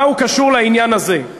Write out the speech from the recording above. מה הוא קשור לעניין הזה?